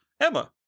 Emma